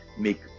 make